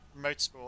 motorsport